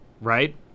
Right